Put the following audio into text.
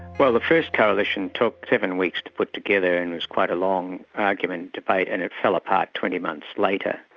well the first coalition took seven weeks to put together and was quite a long argument debate and it fell apart twenty months later.